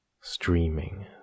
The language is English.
streaming